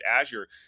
Azure